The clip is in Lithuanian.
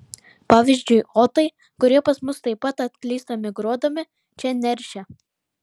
pavyzdžiui otai kurie pas mus taip pat atklysta migruodami čia neršia